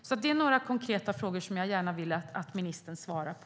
Det är alltså några konkreta frågor jag gärna vill att ministern svarar på.